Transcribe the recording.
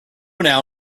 now